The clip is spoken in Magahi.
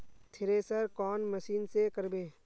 थरेसर कौन मशीन से करबे?